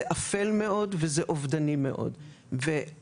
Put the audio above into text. זה אפל מאוד וזה אובדני מאוד ותוחלת